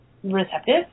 receptive